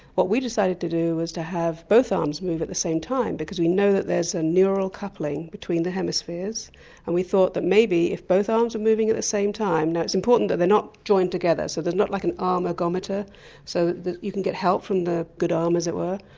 what we decided to do was to have both arms move at the same time because we know that there's a neural coupling between the hemispheres and we thought that maybe if both arms were moving at the same time, now it's important that they're not joined together, so there's not like an arm ergometer so that you can get help from the good arm as it were.